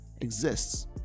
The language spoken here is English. exists